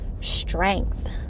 strength